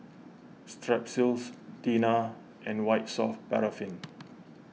Strepsils Tena and White Soft Paraffin